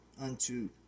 unto